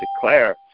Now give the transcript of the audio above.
declare